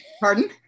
pardon